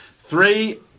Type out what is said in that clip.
Three